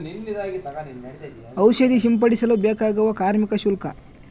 ಔಷಧಿ ಸಿಂಪಡಿಸಲು ಬೇಕಾಗುವ ಕಾರ್ಮಿಕ ಶುಲ್ಕ?